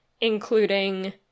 including